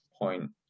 point